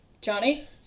Johnny